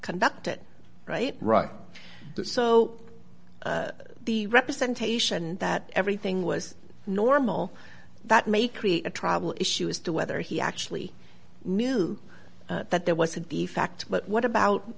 conducted right right so the representation that everything was normal that may create a travel issue as to whether he actually knew that there was a defect but what